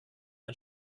ein